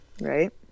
Right